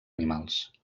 animals